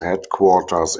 headquarters